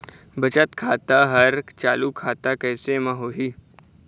बचत खाता हर चालू खाता कैसे म होही?